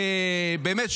באמת,